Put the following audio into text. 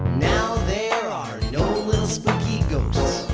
now there are no ghosts.